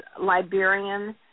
Liberian